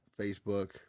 Facebook